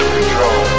Control